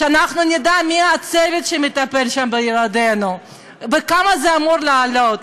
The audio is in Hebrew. שאנחנו נדע מי הצוות שמטפל שם בילדינו וכמה זה אמור לעלות.